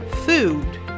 food